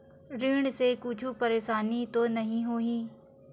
ऋण से कुछु परेशानी तो नहीं होही?